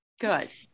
Good